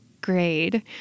grade